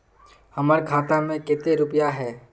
हमर खाता में केते रुपया है?